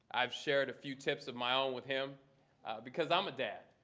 i've shared a few tips of my own with him because i'm a dad.